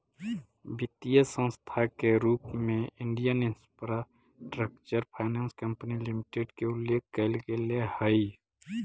वित्तीय संस्था के रूप में Indian infrastructure finance company limited के उल्लेख कैल गेले हइ